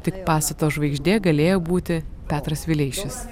tik pastato žvaigždė galėjo būti petras vileišis